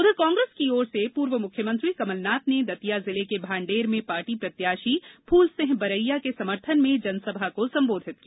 उधर कांग्रेस की ओर से पूर्व मुख्यमंत्री कमलनाथ ने दतिया जिले के भांडेर में पार्टी प्रत्याशी फूल सिंह बरैया के समर्थन में जनसभा को संबोधित किया